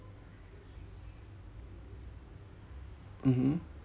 mmhmm